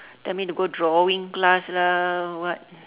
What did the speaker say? tell me to go drawing class lah what